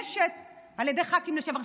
על ידי ח"כים לשעבר.